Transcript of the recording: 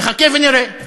נחכה ונראה.